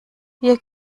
hier